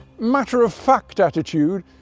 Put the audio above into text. matter of fact attitude,